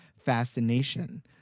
fascination